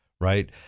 right